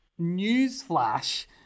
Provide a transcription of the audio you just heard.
newsflash